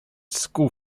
school